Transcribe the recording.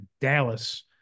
Dallas